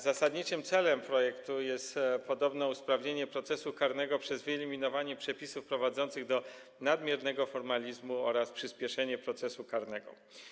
Zasadniczym celem projektu jest podobno usprawnienie procesu karnego przez wyeliminowanie przepisów prowadzących do nadmiernego formalizmu oraz przyspieszenie procesu karnego.